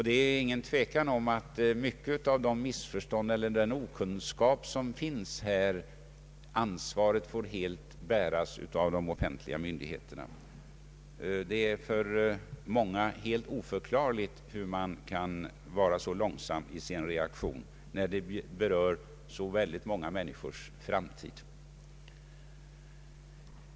Det råder ingen tvekan om att ansvaret för många av de missförstånd och mycket av den okunskap som finns helt får bäras av de offentliga myndigheterna. För många är det oförklarligt hur myndigheterna kan vara så långsamma i sin reaktion, när frågan berör så många människors framtid.